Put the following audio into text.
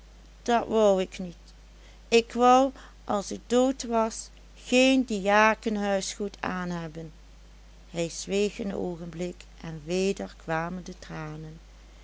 dat wou ik niet ik wou as ik dood was geen diakenhuisgoed aanhebben hij zweeg een oogenblik en weder kwamen de tranen